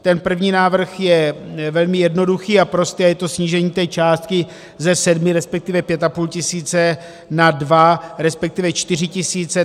Ten první návrh je velmi jednoduchý a prostě je to snížení té částky ze 7, respektive 5,5 tisíce, na 2, resp. 4 tisíce.